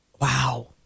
Wow